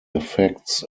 effects